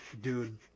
Dude